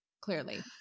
Clearly